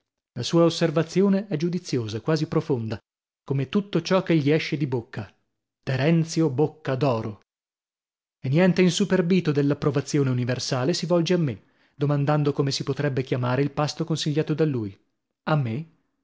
la sua osservazione è giudiziosa quasi profonda come tutto ciò che gli esce di bocca terenzio bocca d'oro e niente insuperbito dell'approvazione universale si volge a me domandando come si potrebbe chiamare il pasto consigliato da lui a me